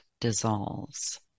dissolves